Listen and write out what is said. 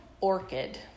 orchid